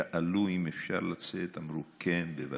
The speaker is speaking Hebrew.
שאלו אם אפשר לצאת, אמרו: כן, בוודאי,